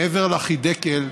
מעבר לחידקל,